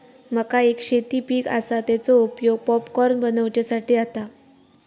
मका एक शेती पीक आसा, तेचो उपयोग पॉपकॉर्न बनवच्यासाठी जाता